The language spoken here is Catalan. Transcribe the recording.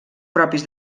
propis